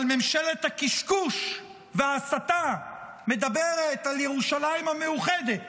ממשלת הקשקוש וההסתה מדברת על ירושלים המאוחדת,